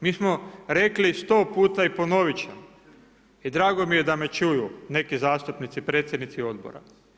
Mi smo rekli 100 puta i ponovit ćemo i drago mi je da me čuju neki zastupnici, predsjednici odbora.